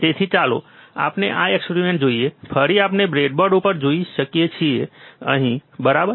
તેથી ચાલો આપણે આ એક્સપેરિમેન્ટ જોઈએ ફરી આપણે બ્રેડબોર્ડ ઉપર જોઈ શકીએ જે અહીં છે બરાબર